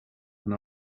and